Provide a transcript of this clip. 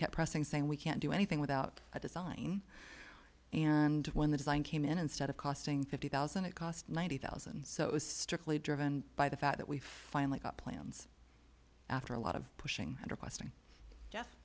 kept pressing saying we can't do anything without a design and when the design came in instead of costing fifty thousand it cost ninety thousand so it was strictly driven by the fact that we finally got plans after a lot of pushing